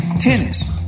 Tennis